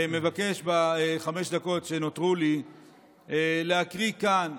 מבקש בחמש הדקות שנותרו לי להקריא כאן,